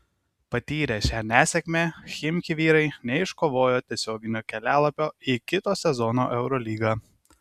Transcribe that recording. patyrę šią nesėkmę chimki vyrai neiškovojo tiesioginio kelialapio į kito sezono eurolygą